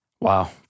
Wow